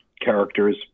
characters